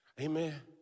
Amen